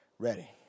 ready